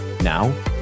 Now